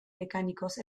mecánicos